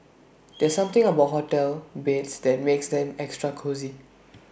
there's something about hotel beds that makes them extra cosy